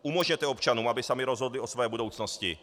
Umožněte občanům, aby sami rozhodli o své budoucnosti.